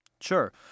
Sure